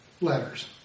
letters